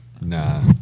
Nah